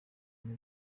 ngo